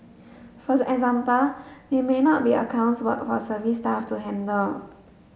for the example they may not be accounts work for service staff to handle